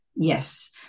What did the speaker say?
Yes